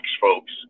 folks